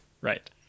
Right